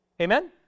Amen